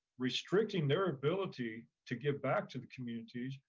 restricting their ability to give back to the communities,